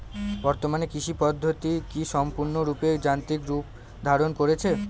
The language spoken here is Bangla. বর্তমানে কৃষি পদ্ধতি কি সম্পূর্ণরূপে যান্ত্রিক রূপ ধারণ করেছে?